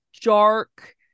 dark